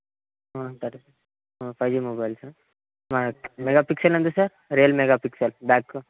సరే five G mobile sir megapixel ఎంత sir real megapixel back